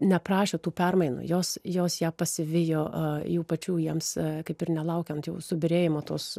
neprašė tų permainų jos jos ją pasivijo jų pačių jiems kaip ir nelaukiant jau subyrėjimo tos